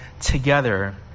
together